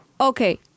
Okay